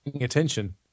attention